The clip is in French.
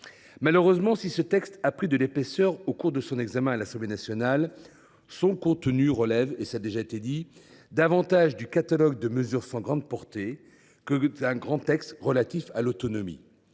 Malheureusement, si ce texte a pris de l’épaisseur au cours de son examen à l’Assemblée nationale, son contenu relève davantage du catalogue de mesures sans grande portée que d’un grand texte relatif à l’autonomie.